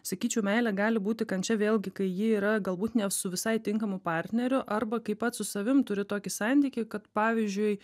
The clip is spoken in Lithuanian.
sakyčiau meilė gali būti kančia vėlgi kai ji yra galbūt ne su visai tinkamu partneriu arba kai pats su savim turi tokį santykį kad pavyzdžiui